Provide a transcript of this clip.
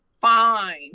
Fine